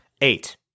eight